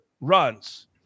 runs